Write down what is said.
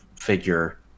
figure